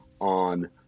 on